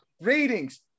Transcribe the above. ratings